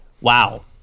wow